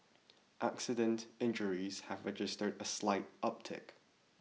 accident injuries have registered a slight uptick